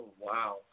wow